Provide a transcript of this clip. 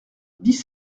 dix